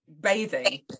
bathing